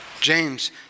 James